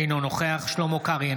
אינו נוכח שלמה קרעי,